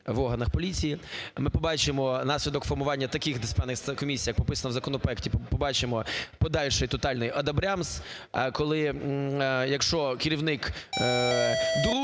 органах поліції. Ми побачимо внаслідок формування таких дисциплінарних комісій прописано в законопроекті, побачимо подальший тотальний одобрямс, коли… якщо керівник